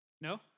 No